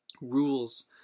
rules